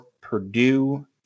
Purdue